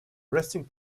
resting